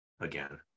again